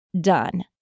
done